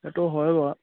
সেইটো হয় বাৰু